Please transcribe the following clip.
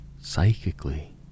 psychically